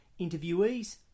interviewees